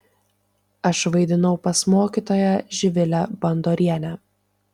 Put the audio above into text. aš vaidinau pas mokytoją živilę bandorienę